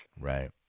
Right